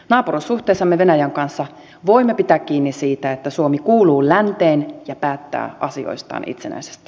naapuruussuhteissamme venäjän kanssa voimme pitää kiinni siitä että suomi kuuluu länteen ja päättää asioistaan itsenäisesti